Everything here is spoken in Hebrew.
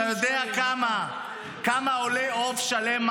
אתה יודע כמה עולה עוף שלם,